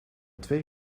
twee